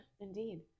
indeed